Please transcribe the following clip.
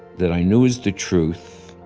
that i knew was the truth,